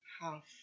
Half